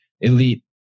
elite